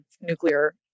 nuclear